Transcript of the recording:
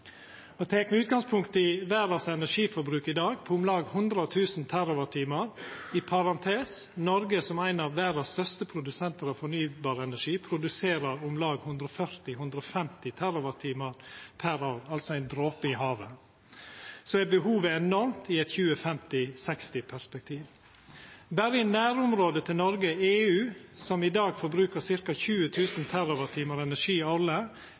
utgangspunkt i verdas energiforbruk i dag, om lag 100 000 TWh – Norge, som er ein av verdas største produsentar av fornybar energi, produserer om lag 140–150 TWh per år, altså ein dråpe i havet – er behovet enormt i eit 2050–2060-perspektiv. Berre i nærområdet til Noreg, i EU, som i dag forbruker ca. 20 000 TWh energi